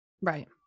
Right